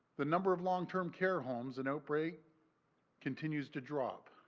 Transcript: the number of long-term care homes an outbreak continues to drop.